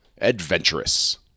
Adventurous